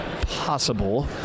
possible